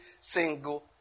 single